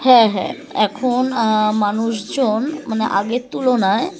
হ্যাঁ হ্যাঁ এখন মানুষজন মানে আগের তুলনায়